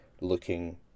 looking